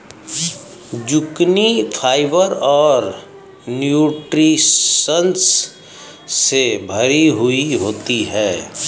zucchini fibre और nutritions से भरी हुई होती है